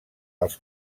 els